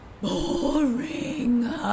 Boring